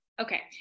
Okay